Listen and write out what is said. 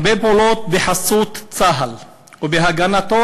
הרבה פעולות נעשות בחסות צה"ל ובהגנתו,